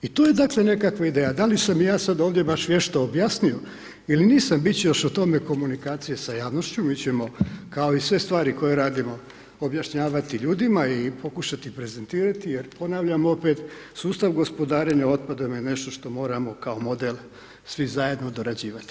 I to je dakle nekakva ideja, da li sam ja sad ovdje baš vješto objasnio ili nisam, bit će još o tome komunikacije sa javnošću, mi ćemo kao i sve stvari koje radimo objašnjavati ljudima i pokušati prezentirati, jer ponavljam opet, sustav gospodarenja otpadom je nešto što moramo kao model svi zajedno dorađivati.